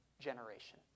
generation